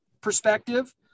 perspective